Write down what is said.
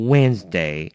Wednesday